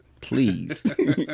please